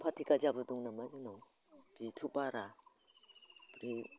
पाते गाजाबो दङ बेथ' बारा ओइ